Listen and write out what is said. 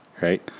Right